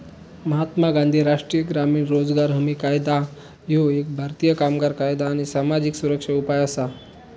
महात्मा गांधी राष्ट्रीय ग्रामीण रोजगार हमी कायदा ह्यो एक भारतीय कामगार कायदा आणि सामाजिक सुरक्षा उपाय असा